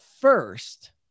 first